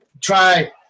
try